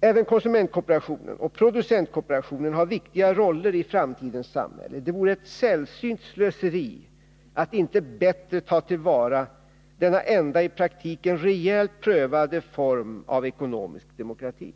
Även konsumentkooperationen och producentkooperationen har viktiga roller i framtidens samhälle. Det vore ett sällsynt slöseri att inte bättre ta till vara denna enda i praktiken rejält prövade form av ekonomisk demokrati.